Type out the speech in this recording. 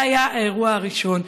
זה היה האירוע הראשון.